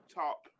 top